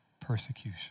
persecution